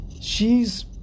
She's